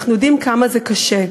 אנחנו יודעים כמה זה קשה.